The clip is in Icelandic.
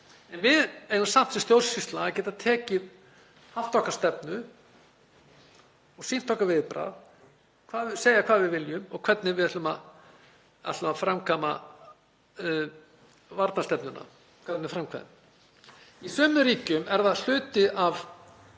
En við eigum samt sem stjórnsýsla að geta haft okkar stefnu, sýnt okkar viðbragð, segja hvað við viljum og hvernig við ætlum að framkvæma varnarstefnuna. Í sumum ríkjum er það hluti af